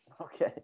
Okay